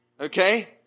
Okay